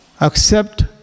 accept